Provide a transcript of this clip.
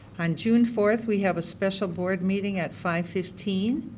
on june four we have a special board meeting at five fifteen,